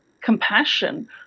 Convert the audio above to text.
compassion